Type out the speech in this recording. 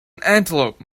antelope